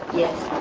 yes?